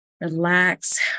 Relax